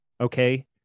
Okay